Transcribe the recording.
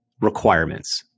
requirements